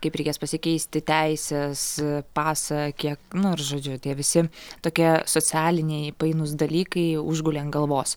kaip reikės pasikeisti teises pasą kiek nu ir žodžiu tie visi tokie socialiniai painūs dalykai užgulė ant galvos